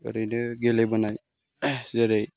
ओरैनो गेलेबोनाय जेरै